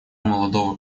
молодого